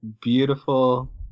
beautiful